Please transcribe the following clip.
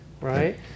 right